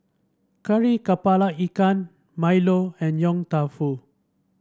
Kari kepala Ikan milo and Yong Tau Foo